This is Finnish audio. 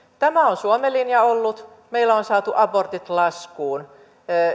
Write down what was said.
tämä on suomen linja ollut meillä on saatu abortit laskuun